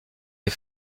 les